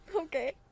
Okay